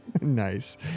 Nice